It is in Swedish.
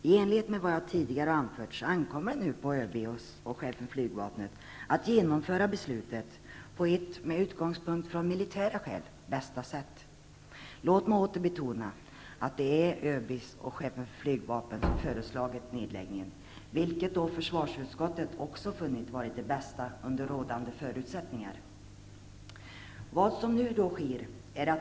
I enlighet med vad jag tidigare anfört ankommer det nu på ÖB och chefen för flygvapnet att genomföra beslutet på det, med utgångspunkt i militära skäl, bästa sättet. Låt mig åter betona att det är ÖB och chefen för flygvapnet som föreslagit nedläggning, vilket försvarsutskottet också funnit vara det bästa under rådande förutsättningar.